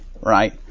right